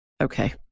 Okay